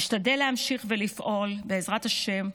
אשתדל להמשיך ולפעול, בעזרת השם,